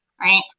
right